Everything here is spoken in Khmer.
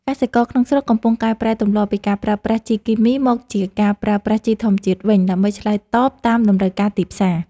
កសិករក្នុងស្រុកកំពុងកែប្រែទម្លាប់ពីការប្រើប្រាស់ជីគីមីមកជាការប្រើប្រាស់ជីធម្មជាតិវិញ ដើម្បីឆ្លើយតបតាមតម្រូវការទីផ្សារ។